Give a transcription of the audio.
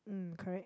um correct